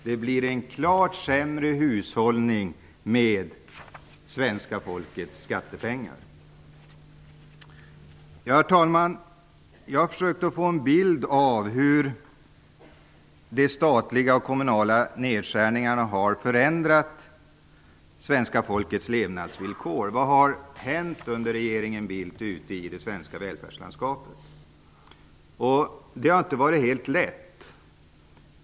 Det blir en klart sämre hushållning med svenska folkets skattepengar. Herr talman! Jag har försökt att skapa en bild av hur de statliga och kommunala nedskärningarna har förändrat svenska folkets levnadsvillkor. Vad har hänt under regeringen Bildt i det svenska välfärdslandskapet? Det har inte varit helt lätt.